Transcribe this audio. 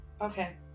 Okay